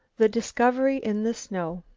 the discovery in the snow